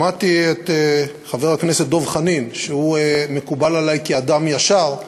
שמעתי את חבר הכנסת דב חנין, שמקובל עלי כאדם ישר,